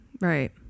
right